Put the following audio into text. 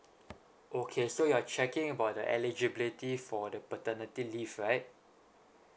okay so you're checking about the eligibility for the paternity leave right